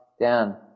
down